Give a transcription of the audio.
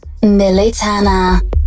Militana